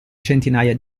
centinaia